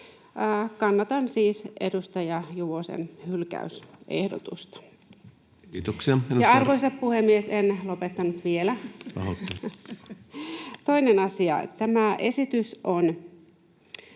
Kannatan siis edustaja Juvosen hylkäysehdotusta. [Puhemies: Kiitoksia!] — Ja, arvoisa puhemies, en lopettanut vielä. Toinen asia: Tämä esitys on